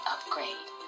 Upgrade